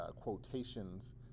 quotations